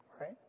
right